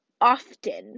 often